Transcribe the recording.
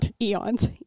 Eons